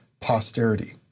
posterity